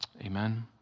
Amen